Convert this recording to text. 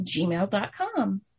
gmail.com